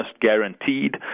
guaranteed